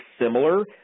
similar